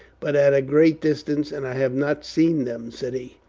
but at a great distance, and i have not seen them, said he.